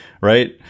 right